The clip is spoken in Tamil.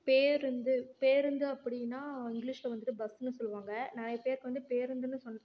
பேருந்து பேருந்து அப்படின்னா இங்கிலீஸில் வந்துட்டு பஸ்னு சொல்லுவாங்க நிறைய பேருக்கு வந்து பேருந்துன்னு சொன்னா